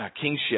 kingship